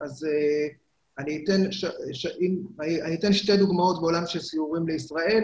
אני אתן שתי דוגמאות מעולם הסיורים לישראל